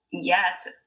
Yes